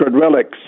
relics